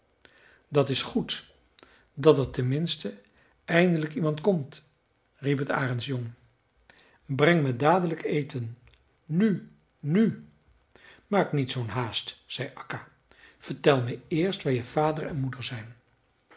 dat is goed dat er ten minste eindelijk iemand komt riep het arendsjong breng me dadelijk eten nu nu maak niet zoo'n haast zei akka vertel me eerst waar je vader en moeder zijn